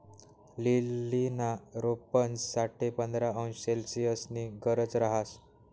लीलीना रोपंस साठे पंधरा अंश सेल्सिअसनी गरज रहास